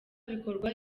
bikorwa